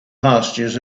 pastures